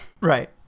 Right